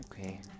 Okay